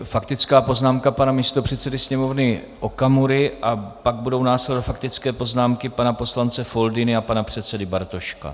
Faktická poznámka pana místopředsedy Sněmovny Okamury a pak budou následovat faktické poznámky pana poslance Foldyny a pana předsedy Bartoška.